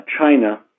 China